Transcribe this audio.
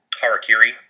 Harakiri